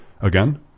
again